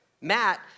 Matt